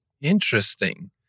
Interesting